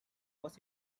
was